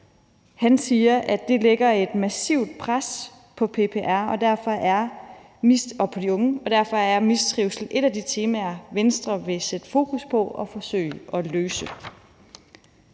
Han siger, at det lægger et massivt pres på PPR og på de unge, og derfor er mistrivsel et af de temaer, Venstre vil sætte fokus på og forsøge at løse.